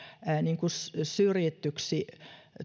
syrjityksi